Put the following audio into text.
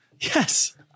Yes